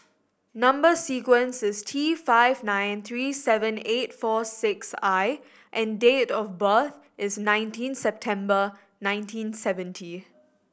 number sequence is T five nine three seven eight four six I and date of birth is nineteen September nineteen seventy